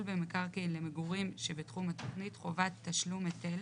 במקרקעין למגורים שבתחום התכנית חובת תשלום היטל